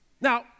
Now